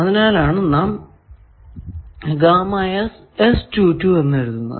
അതിനാലാണ് നാം എന്ന് എഴുതുന്നത്